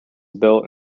built